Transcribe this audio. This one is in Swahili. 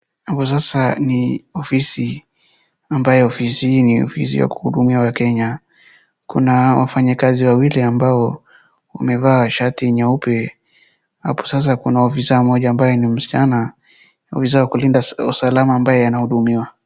Hapo sasa ni ofisi ambayo ofisi ni ofisi ya kuhudumia wakenya, kuna wafanyikazi wawili ambao wamevaa shati nyeupe, hapo sasa kuna afisa mmoja ambaye ni msichana, ofisa wa kulinda usalama ambvaye anahudumiwa.